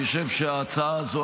אני חושב שההצעה הזו,